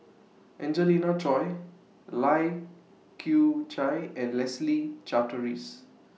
Angelina Choy Lai Kew Chai and Leslie Charteris